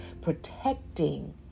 protecting